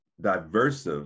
diverse